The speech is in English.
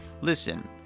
Listen